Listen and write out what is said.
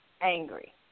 angry